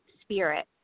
spirit